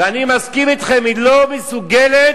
ואני מסכים אתכם, היא לא מסוגלת